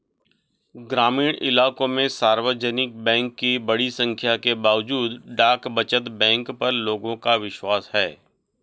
ग्रामीण इलाकों में सार्वजनिक बैंक की बड़ी संख्या के बावजूद डाक बचत बैंक पर लोगों का विश्वास है